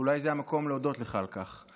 ואולי זה המקום להודות לך על כך.